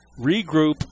Regroup